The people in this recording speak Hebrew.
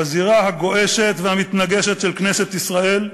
בזירה הגועשת והמתנגשת של כנסת ישראל,